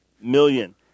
million